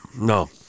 No